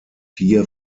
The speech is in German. hier